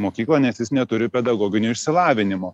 mokyklą nes jis neturi pedagoginio išsilavinimo